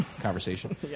conversation